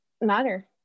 matter